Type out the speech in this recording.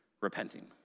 repenting